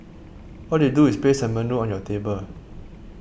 all they do is place a menu on your table